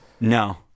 No